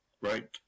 right